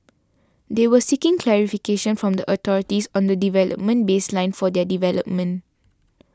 they are seeking clarification from the authorities on the development baseline of their development